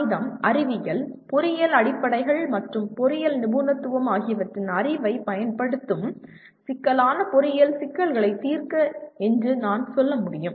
கணிதம் அறிவியல் பொறியியல் அடிப்படைகள் மற்றும் பொறியியல் நிபுணத்துவம் ஆகியவற்றின் அறிவைப் பயன்படுத்தும் சிக்கலான பொறியியல் சிக்கல்களைத் தீர்க்க என்று நான் சொல்ல முடியும்